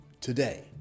today